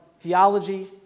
theology